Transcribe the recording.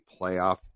playoff